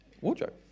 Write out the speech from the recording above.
wardrobe